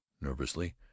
nervously